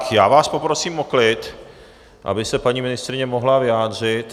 Já vás poprosím o klid, aby se paní ministryně mohla vyjádřit.